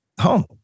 home